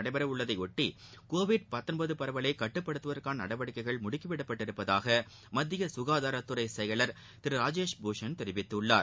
நடைபெற உள்ளதையொட்டி உத்திரகாண்டில் பரவலை கட்டுப்படுத்துவதற்கான நடவடிக்கைகள் முடுக்கிவிடப்பட்டுள்ளதாக மத்திய சுகாதாரத்துறை செயலர் திரு ராஜேஷ் பூஷன் தெரிவித்துள்ளார்